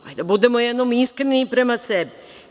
Hajde, da budemo jednom iskreni prema sebi.